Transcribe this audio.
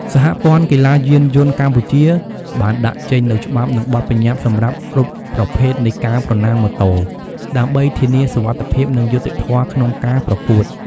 សហព័ន្ធកីឡាយានយន្តកម្ពុជា បានដាក់ចេញនូវច្បាប់ និងបទបញ្ញត្តិសម្រាប់គ្រប់ប្រភេទនៃការប្រណាំងម៉ូតូ ដើម្បីធានាសុវត្ថិភាព និងយុត្តិធម៌ក្នុងការប្រកួត។